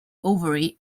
ovary